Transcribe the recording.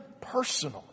personally